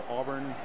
Auburn